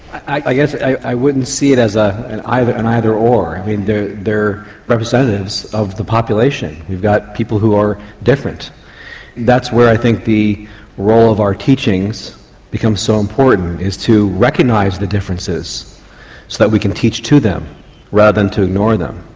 i guess i wouldn't see it as ah an either an either or they're representatives of the population. you've got people who are different that's where i think the role of our teachings becomes so important is to recognise the differences so that we can teach to them rather than to ignore them.